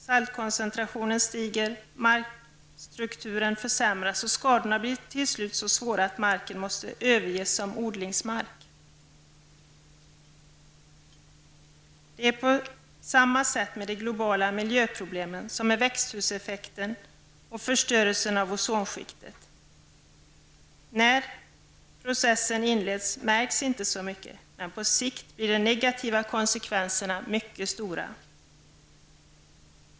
Saltkoncentrationen stiger, markstrukturen försämras, och skadorna blir till slut så svåra att marken måste överges som odlingsmark. På samma sätt är det med de globala miljöproblemen -- växthuseffekten och förstörelsen av ozonskiktet. När processen inleds märks den inte så mycket. Men på sikt blir de negativa konsekvenserna mycket stora.